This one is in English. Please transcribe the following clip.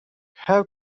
how